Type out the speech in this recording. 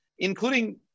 including